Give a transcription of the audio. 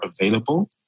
available